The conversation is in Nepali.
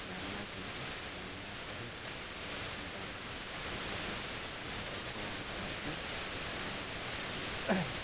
धान नाच हुन्थ्यो धान नाचेरै दाईँहरू गर्ने एउटा परम्परा थियो